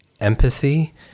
empathy